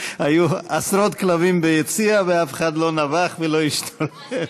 היו עשרות כלבים ביציע ואף אחד לא נבח ולא השתולל.